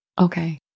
Okay